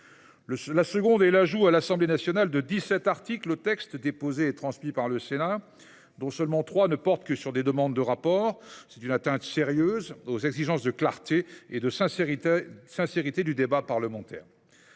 La seconde concerne l’ajout à l’Assemblée nationale de dix sept articles au texte déposé et transmis par le Sénat, dont seulement trois ne portent que sur des demandes de rapport. Il s’agit d’une atteinte sérieuse aux exigences de clarté et de sincérité du débat parlementaire.